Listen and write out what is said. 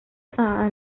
are